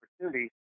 opportunity